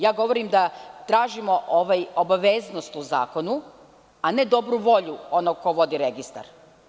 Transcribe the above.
Ja govorim da tražimo obaveznost u zakonu, a ne dobru volju onoga ko vodi registar.